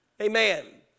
Amen